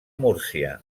múrcia